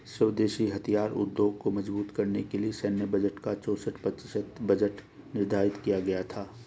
स्वदेशी हथियार उद्योग को मजबूत करने के लिए सैन्य बजट का चौसठ प्रतिशत बजट निर्धारित किया गया था